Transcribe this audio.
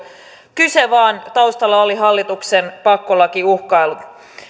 kyse vaan taustalla oli hallituksen pakkolakiuhkailu